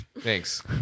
Thanks